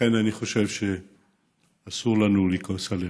ולכן אני חושב שאסור לנו לכעוס עליה.